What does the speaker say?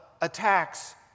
attacks